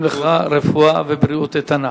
מאחלים לך רפואה ובריאות איתנה.